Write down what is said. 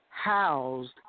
Housed